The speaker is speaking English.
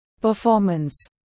performance